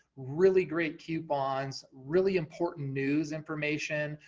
really great coupons, really important news information,